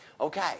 okay